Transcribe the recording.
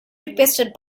requested